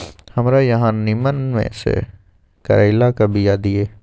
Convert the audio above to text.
हमरा अहाँ नीमन में से करैलाक बीया दिय?